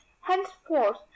henceforth